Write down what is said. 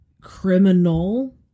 criminal